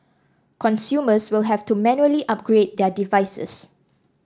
consumers will have to manually upgrade their devices